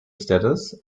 status